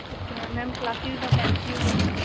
okay ma'am ma'am classes ਦਾ time ਕੀ ਹੋਊਗਾ ਜੀ